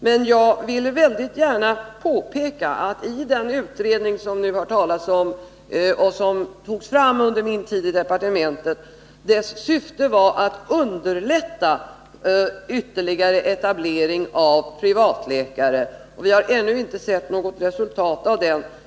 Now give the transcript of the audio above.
Men jag ville väldigt gärna påpeka att syftet med den utredning som det nu har talats om, och som togs fram under min tid i departementet, var att underlätta ytterligare etablering av privatläkare, men vi har ännu inte sett något resultat av den.